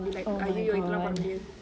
oh my god